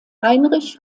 heinrich